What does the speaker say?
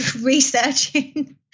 researching